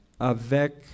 avec